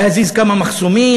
להזיז כמה מחסומים,